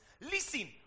listen